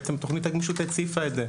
ותוכנית הגמישות הציפה את זה.